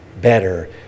better